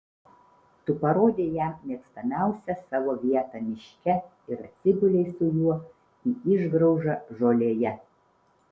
tu parodei jam mėgstamiausią savo vietą miške ir atsigulei su juo į išgraužą žolėje